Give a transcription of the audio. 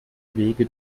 wege